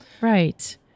Right